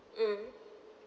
mm